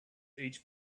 each